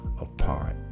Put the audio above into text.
apart